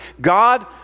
God